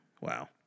Wow